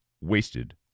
wasted